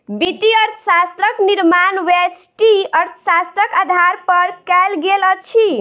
वित्तीय अर्थशास्त्रक निर्माण व्यष्टि अर्थशास्त्रक आधार पर कयल गेल अछि